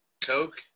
Coke